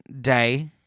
day